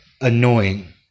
annoying